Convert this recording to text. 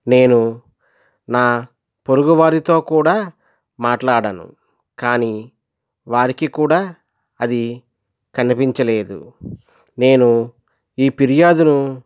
నేను నా పొరుగు వారితో కూడా మాట్లాడాను కానీ వారికి కూడా అది కనిపించలేదు నేను ఈ ఫిర్యాదును